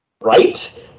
Right